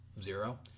Zero